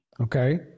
Okay